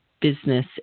business